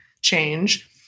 change